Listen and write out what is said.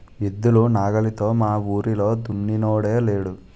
ఎద్దులు నాగలితో మావూరిలో దున్నినోడే లేడు